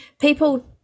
people